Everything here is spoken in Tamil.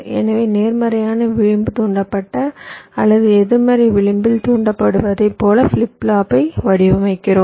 எனவே நேர்மறையான விளிம்பு தூண்டப்பட்ட அல்லது எதிர்மறை விளிம்பில் தூண்டப்பட்டதைப் போல ஃபிளிப் ஃப்ளாப்பை வடிவமைக்கிறோம்